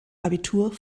abitur